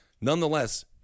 nonetheless